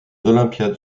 olympiades